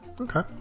okay